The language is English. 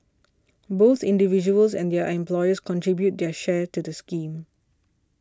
both individuals and their employers contribute their share to the scheme